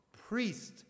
priest